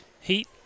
heat